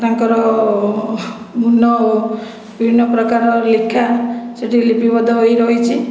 ତାଙ୍କର ମୁନ ବିଭିନ୍ନ ପ୍ରକାର ଲେଖା ସେଠି ଲିପିବଦ୍ଧ ହୋଇ ରହିଛି